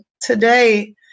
Today